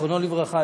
זיכרונו לברכה,